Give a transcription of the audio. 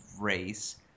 race